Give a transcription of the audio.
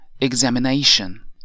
examination